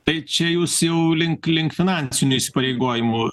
tai čia jūs jau link link finansinių įsipareigojimų